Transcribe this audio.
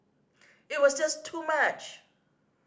it was just too much